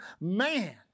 Man